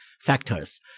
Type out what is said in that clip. factors